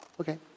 okay